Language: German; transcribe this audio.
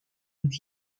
und